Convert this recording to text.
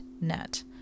net